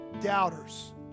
Doubters